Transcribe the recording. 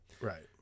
Right